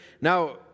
Now